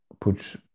put